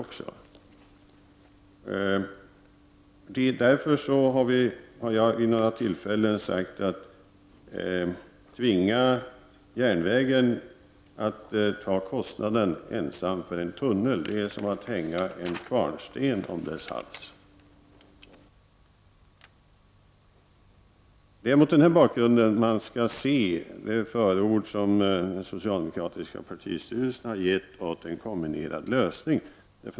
Jag har därför vid tidigare tillfällen sagt att tvinga järnvägen att ensam ta kostnaden för en tunnel är som att hänga en kvarnsten om dess hals. Det är mot denna bakgrund man skall se det förord som den socialdemokratiska partistyrelsen har givit åt en kombinerad lösning.